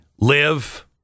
live